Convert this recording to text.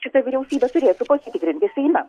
šita vyriausybė turėtų pasitikrinti seime